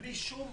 בלי שום